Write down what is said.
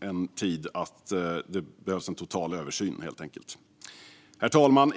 en tid. Herr talman!